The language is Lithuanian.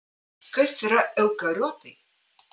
kas yra eukariotai